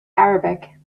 arabic